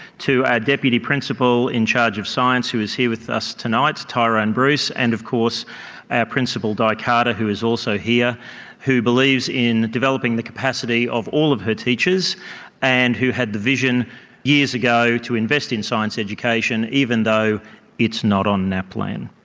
to our deputy in charge of science who is here with us tonight, tyrone bruce, and of course our principal di carter who was also here who believes in developing the capacity of all of her teachers and who had the vision years ago to invest in science education, even though it's not on naplan.